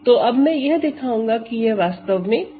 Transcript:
तो अब मैं यह दिखाऊंगा कि यह वास्तव में 3 है